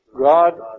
God